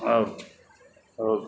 ಹೌದು ಹೌದು